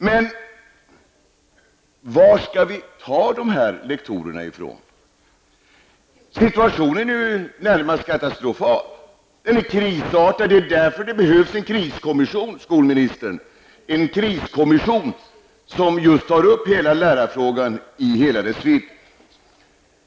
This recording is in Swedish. Men varifrån skall vi ta dessa lektorer? Situationen är nu närmast katastrofal. Den är krisartad. Därför behövs en kriskommission, skolministern, som just tar upp lärarfrågan i hela dess vidd.